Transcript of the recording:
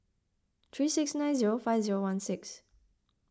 three six nine zero five zero one six